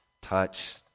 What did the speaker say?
touch